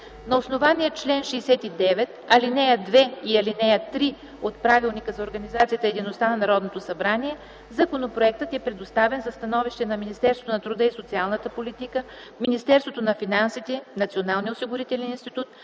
На основание чл. 69, ал. 2 и ал. 3 от Правилника за организацията и дейността на Народното събрание законопроектът е предоставен за становище от Министерството на труда и социалната политика, Министерството на финансите, Националния осигурителен институт,